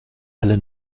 alle